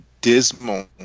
dismal